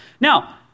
Now